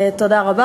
תודה רבה.